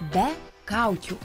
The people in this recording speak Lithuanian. be kaukių